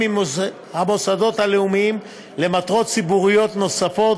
עם המוסדות הלאומיים למטרות ציבוריות נוספות,